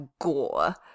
gore